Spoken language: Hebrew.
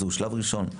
זהו שלב ראשון.